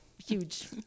huge